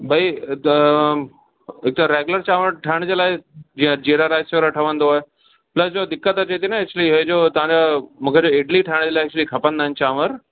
भई त हिक रेगुलर चांवर ठहण जे लाइ जीअं जीरा राइस वारो ठहंदो आहे प्लस जो दिक़त अचे थी न एक्चुअली हीउ जो तव्हां मूंखे त इडली ठाहिण जे लाइ एक्चुअली खपंदा आहिनि चांवर